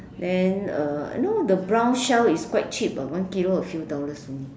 then uh you know the brown shell is quite cheap ah one kilo a few dollars only